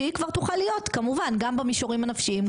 שהיא כבר תוכל להיות כמובן גם במישורים ה נפשיים,